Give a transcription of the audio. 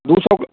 दो सौ का